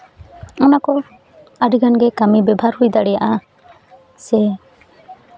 ᱚᱱᱟ ᱠᱚ ᱟᱹᱰᱤᱜᱟᱱ ᱜᱮ ᱠᱟᱹᱢᱤ ᱵᱮᱵᱷᱟᱨ ᱦᱩᱭ ᱫᱟᱲᱮᱭᱟᱜᱼᱟ ᱥᱮ